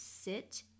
sit